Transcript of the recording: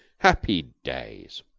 happy days.